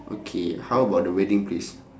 okay how about the wedding place